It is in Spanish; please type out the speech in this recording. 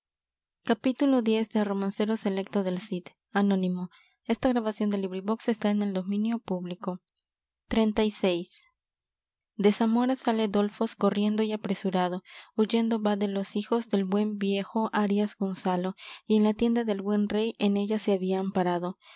de zamora sale dolfos corriendo y apresurado huyendo va de los hijos del buen viejo arias gonzalo y en la tienda del buen rey en ella se había amparado